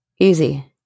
Easy